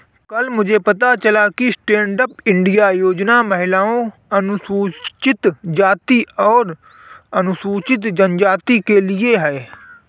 कल मुझे पता चला कि स्टैंडअप इंडिया योजना महिलाओं, अनुसूचित जाति और अनुसूचित जनजाति के लिए है